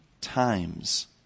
times